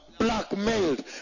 Blackmailed